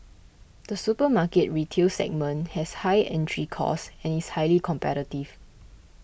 the supermarket retail segment has high entry costs and is highly competitive